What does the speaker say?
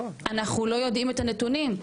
אנחנו לא יודעים את הנתונים.